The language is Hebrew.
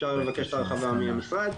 אפשר לבקש את ההרחבה מהמשרד,